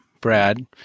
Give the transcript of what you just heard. Brad